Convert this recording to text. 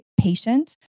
patient